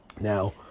Now